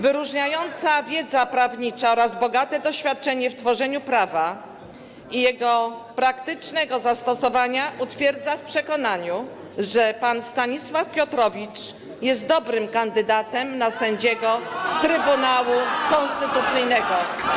Wyróżniająca wiedza prawnicza oraz bogate doświadczenie w tworzeniu prawa i jego praktycznego zastosowania utwierdzają w przekonaniu, że pan Stanisław Piotrowicz jest dobrym kandydatem na sędziego Trybunału Konstytucyjnego.